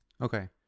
Okay